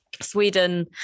Sweden